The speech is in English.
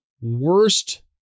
worst